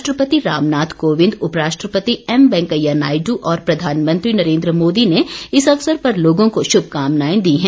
राष्ट्रपति रामनाथ कोविंद उपराष्ट्रपति एम वेंकैया नायड् और प्रधानमंत्री नरेन्द्र मोदी ने इस अवसर पर लोगों को शुभकामनाएं दी है